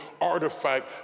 artifact